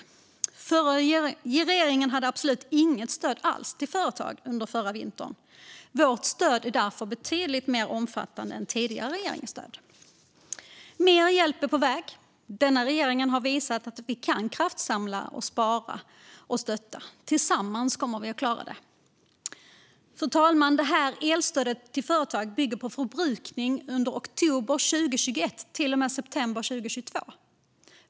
Den förra regeringen hade absolut inget stöd alls till företag under förra vintern. Vårt stöd är därför betydligt mer omfattande än den tidigare regeringens stöd. Och mer hjälp är på väg. Denna regering har visat att vi kan kraftsamla, spara och stötta. Tillsammans kommer vi att klara det. Fru talman! Det här elstödet till företag bygger på förbrukningen från och med oktober 2021 till och med september 2022.